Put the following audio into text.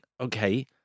okay